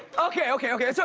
okay, okay, okay. so